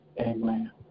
Amen